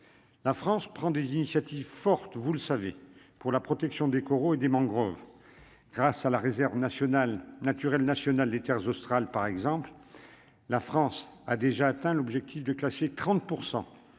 la France prend des initiatives fortes, vous le savez, pour la protection des coraux et des mangroves, grâce à la réserve nationale naturelle nationale des Terres australes, par exemple, la France a déjà atteint l'objectif de classer 30